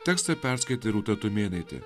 tekstą perskaitė rūta tumėnaitė